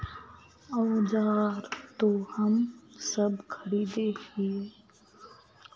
औजार तो हम सब खरीदे हीये?